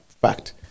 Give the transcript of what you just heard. fact